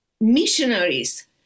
missionaries